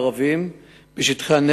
כולל הזכות לחירות,